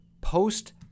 post